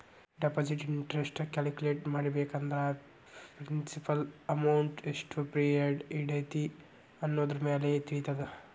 deposit interest ನ calculate ಮಾಡ್ಬೇಕಂದ್ರ principal ಅಮೌಂಟ್ನಾ ಎಷ್ಟ್ ಪಿರಿಯಡ್ ಇಡತಿ ಅನ್ನೋದರಮ್ಯಾಲೆ ತಿಳಿತದ